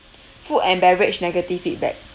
food and beverage negative feedback